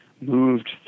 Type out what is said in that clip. moved